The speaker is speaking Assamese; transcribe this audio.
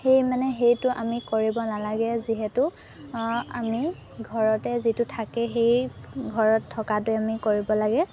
সেই মানে সেইটো আমি কৰিব নালাগে যিহেতু আমি ঘৰতে যিটো থাকে সেই ঘৰত থকাটোৱে আমি কৰিব লাগে